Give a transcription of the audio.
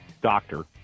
doctor